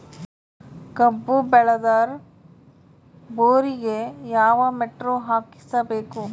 ಕಬ್ಬು ಬೇಳದರ್ ಬೋರಿಗ ಯಾವ ಮೋಟ್ರ ಹಾಕಿಸಬೇಕು?